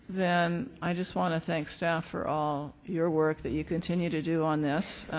then i just want to thank staff for all your work that you continue to do on this.